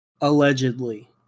Allegedly